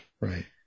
Right